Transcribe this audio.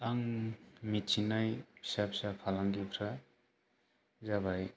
आं मिथिनाय फिसा फिसा फालांगिफोरा जाबाय